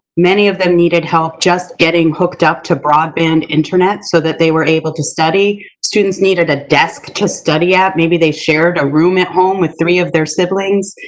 many of them needed help just getting hooked up to broadband internet so that they were able to study. students needed a desk to study at, maybe they shared a room at home with three of their siblings.